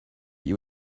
you